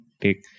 take